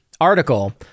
article